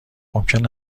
ممکن